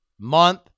month